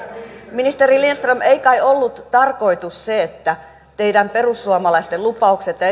ministeri lindström ei kai ollut tarkoitus se että teidän perussuomalaisten lupaukset ja